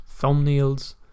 thumbnails